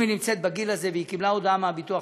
אם היא נמצאת בגיל הזה וקיבלה הודעה מהביטוח